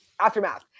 Aftermath